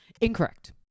Incorrect